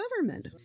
government